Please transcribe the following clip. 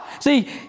See